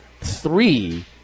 three